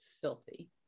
filthy